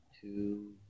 Two